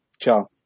ciao